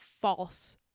false